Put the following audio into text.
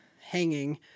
hanging